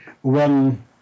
one